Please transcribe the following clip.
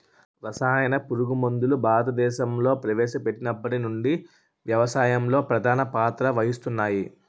రసాయన పురుగుమందులు భారతదేశంలో ప్రవేశపెట్టినప్పటి నుండి వ్యవసాయంలో ప్రధాన పాత్ర వహిస్తున్నాయి